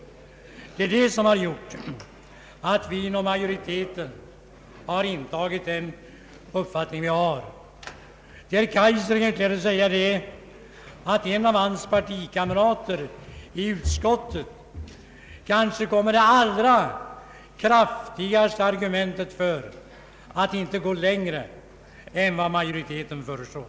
Det är detta som gjort att vi inom utskottsmajoriteten har kommit fram till den uppfattning vi har. För herr Kaijser vill jag vidare påpeka att en av hans partikamrater i utskottet framförde det kanske allra kraftigaste argumentet för att inte gå längre än vad majoriteten föreslår.